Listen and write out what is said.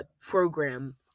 Program